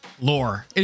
lore